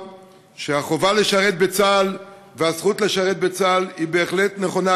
החובה לשרת בצה"ל והזכות לשרת בצה"ל הן בהחלט נכונות